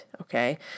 okay